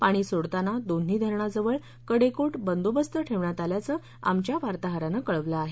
पाणी सोडताना दोन्ही धरणाजवळ कडेकोट बंदीबस्त ठेवण्यात आल्याचं आमच्या वार्ताहरानं कळवलं आहे